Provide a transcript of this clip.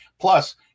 Plus